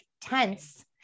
tense